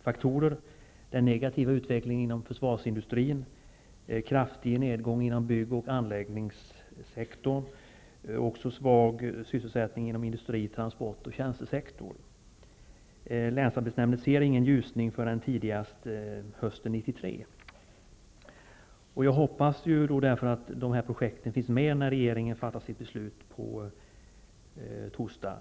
faktorer som medverkar till detta, bl.a. den negativa utvecklingen inom försvarsindustrin, den kraftiga nedgången inom bygg och anläggningssektorn och den svaga sysselsättningen inom industri-, transport och tjänstesektorn. Länsarbetsnämnden ser ingen ljusning förrän tidigast hösten 1993. Därför hoppas jag att dessa projekt finns med när regeringen fattar sitt beslut på torsdag.